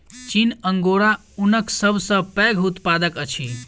चीन अंगोरा ऊनक सब सॅ पैघ उत्पादक अछि